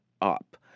up